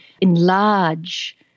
enlarge